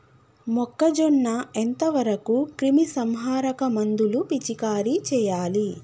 మొక్కజొన్న ఎంత వరకు క్రిమిసంహారక మందులు పిచికారీ చేయాలి?